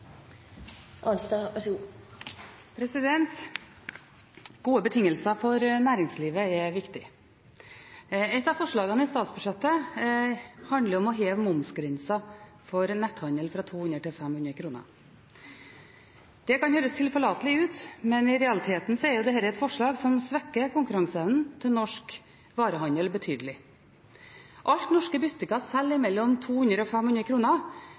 forslagene i statsbudsjettet handler om å heve momsgrensa for netthandel fra 200 kr til 500 kr. Det kan høres tilforlatelig ut, men i realiteten er dette et forslag som svekker konkurranseevnen til norsk varehandel betydelig. Alt norske butikker selger mellom